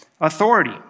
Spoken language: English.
authority